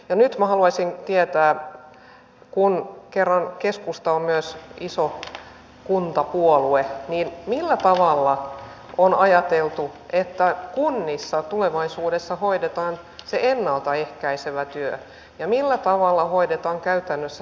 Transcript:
nyt minä haluaisin tietää kun kerran keskusta on myös iso kuntapuolue millä tavalla on ajateltu että kunnissa tulevaisuudessa hoidetaan se ennalta ehkäisevä työ ja millä tavalla hoidetaan käytännössä sosiaalihuoltopalvelut